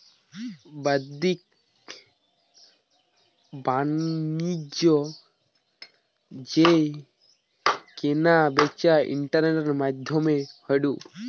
বাদ্দিক বাণিজ্য যেই কেনা বেচা ইন্টারনেটের মাদ্ধমে হয়ঢু